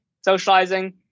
socializing